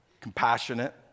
compassionate